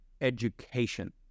education